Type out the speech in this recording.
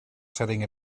setting